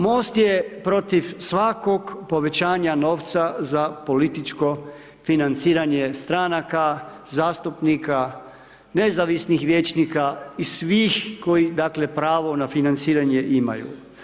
MOST je protiv svakog povećanja novca za političko financiranje stranaka, zastupnika, nezavisnih vijećnika i svih koji dakle pravo na financiranje imaju.